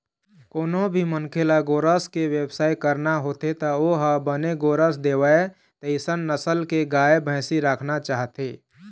कोनो भी मनखे ल गोरस के बेवसाय करना होथे त ओ ह बने गोरस देवय तइसन नसल के गाय, भइसी राखना चाहथे